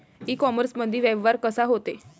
इ कामर्समंदी व्यवहार कसा होते?